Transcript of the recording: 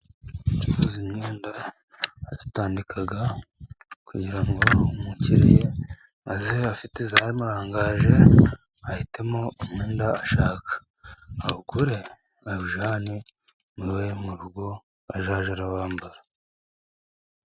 Umuntu ucuruza imyenda arayitandika, kugira ngo umukiriya aze afite iyamurangaje, ahitemo umwenda ashaka awugure, awujyane iwe mu rugo azajye awambara.